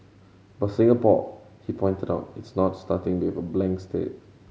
but Singapore he pointed out is not starting with a blank states